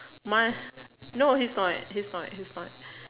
must no he's not he's not he's not